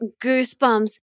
goosebumps